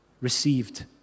received